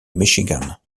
michigan